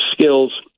skills